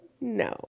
No